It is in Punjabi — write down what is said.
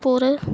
ਪੁਰ